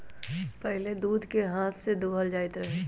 पहिले दूध के हाथ से दूहल जाइत रहै